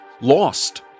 lost